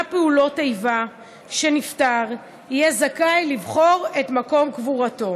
פעולת איבה שנפטר יהיה זכאי לבחור את מקום קבורתו